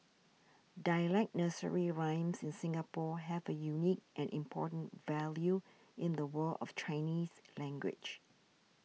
dialect nursery rhymes in Singapore have a unique and important value in the world of Chinese language